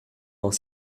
dans